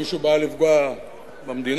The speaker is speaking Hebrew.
מישהו בא לפגוע במדינה,